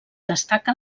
destaca